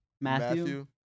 Matthew